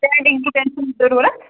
panelling وینلنگ چھِنہٕ ضوٚروٗتھ